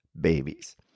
babies